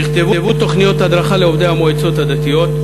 נכתבו תוכניות הדרכה לעובדי המועצות הדתיות.